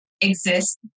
exist